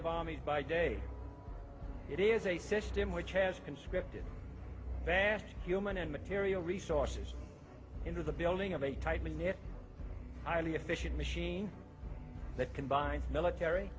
of armies by day it is a system which has been scripted vast human and material resources into the building of a tightly knit highly efficient machine that combines military